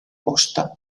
posta